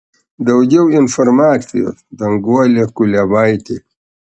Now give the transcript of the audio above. daugiau informacijos danguolė kuliavaitė